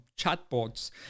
chatbots